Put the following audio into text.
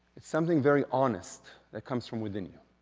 it's something very honest that comes from within you.